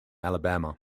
alabama